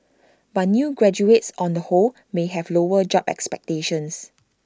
but new graduates on the whole may have lower job expectations